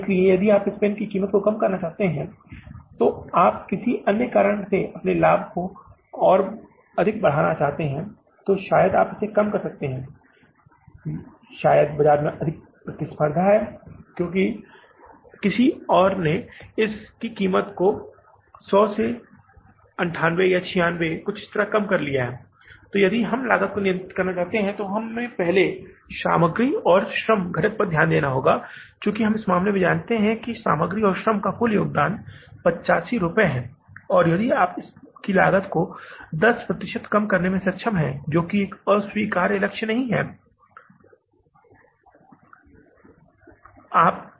इसलिए यदि आप इस पेन की कीमत को कम करना चाहते हैं यदि आप किसी अन्य कारण से अपने लाभ को और अधिक बढ़ाना चाहते हैं तो शायद आप इसे और कम कर सकते हैं या बाजार में एक कड़ी प्रतिस्पर्धा है क्योंकि अन्य ने इसकी कीमत को 100 से 98 या 96 या कुछ इस तरह कम किया हैं अगर हम लागत को नियंत्रित करना चाहते हैं तो हमें पहले सामग्री और श्रम घटक पर ध्यान देना होगा और चूंकि हम इस मामले में जानते हैं कि सामग्री और श्रम का कुल योगदान 85 रुपए है और यदि आप इस लागत को 10 प्रतिशत कम करने में सक्षम हैं जो कि एक अस्वीकार्य लक्ष्य नहीं है लागत में 10 प्रतिशत की कमी एक अस्वीकार्य लक्ष्य नहीं है